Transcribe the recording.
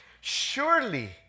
Surely